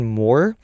more